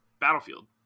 battlefield